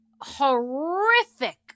horrific